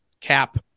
cap